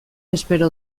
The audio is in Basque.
espero